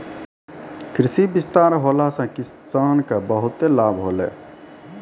कृषि विस्तार होला से किसान के बहुते लाभ होलै